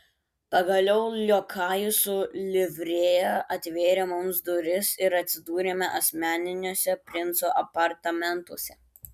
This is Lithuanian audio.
pagaliau liokajus su livrėja atvėrė mums duris ir atsidūrėme asmeniniuose princo apartamentuose